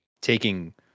taking